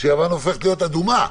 שיוון הופכת להיות אדומה,